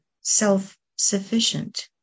self-sufficient